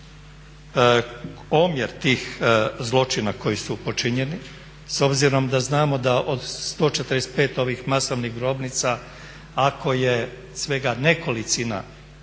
znamo omjer tih zločina koji su počinjeni, s obzirom da znamo da od 145 ovih masovnih grobnica ako je svega nekolicina